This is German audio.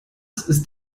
ist